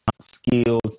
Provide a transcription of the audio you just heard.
skills